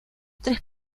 tres